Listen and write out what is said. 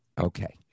Okay